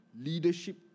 leadership